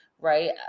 right